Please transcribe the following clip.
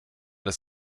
das